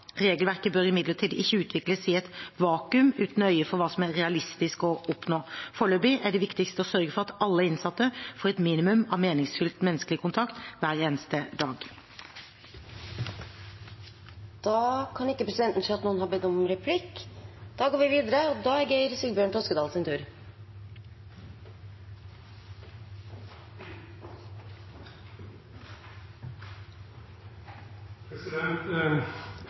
Regelverket bør imidlertid ikke utvikles i et vakuum, uten øye for hva som er realistisk å oppnå. Foreløpig er det viktigst å sørge for at alle innsatte får et minimum av meningsfylt menneskelig kontakt hver eneste dag. Jeg vil rette oppmerksomheten mot barnevernet i denne forbindelse. Høyesterett har konstatert at det ikke er motstrid mellom norsk barnevernslovgivning og